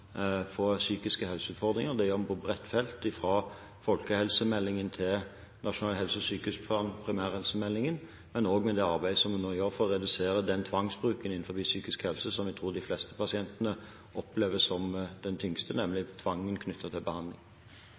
få psykiske helseutfordringer. Det gjør vi på et bredt felt, fra folkehelsemeldingen til Nasjonal helse- og sykehusplan, primærhelsemeldingen, men også med det arbeidet som vi nå gjør for å redusere den tvangsbruken innenfor psykisk helse som jeg tror de fleste pasientene opplever som den tyngste, nemlig tvangen knyttet til behandling.